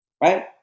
right